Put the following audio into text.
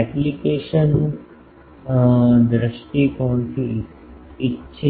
એપ્લિકેશનના દૃષ્ટિકોણથી ઇચ્છનીય છે